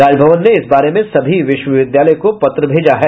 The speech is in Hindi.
राजभवन ने इस बारे में सभी विश्वविद्यालय को पत्र भेजा है